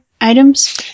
items